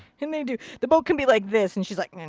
and they do. the boat can be like this. and she's like,